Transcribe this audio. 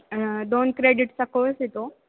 दोन क्रेडीटचा कोर्स येतो